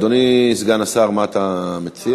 אדוני סגן השר, מה אתה מציע?